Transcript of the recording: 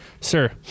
sir